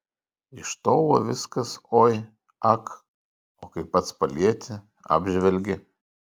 iš tolo viskas oi ak o kai pats palieti apžvelgi